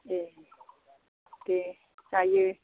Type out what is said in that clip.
दे दे जायो